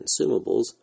consumables